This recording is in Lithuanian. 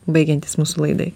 baigiantis mūsų laidai